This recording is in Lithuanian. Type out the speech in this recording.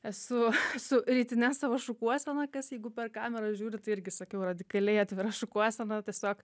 esu su rytine savo šukuosena kas jeigu per kamerą žiūri tai irgi sakiau radikaliai atvira šukuosena tiesiog